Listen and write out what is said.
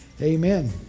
Amen